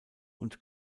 und